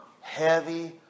heavy